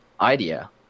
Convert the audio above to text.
idea